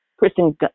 Kristen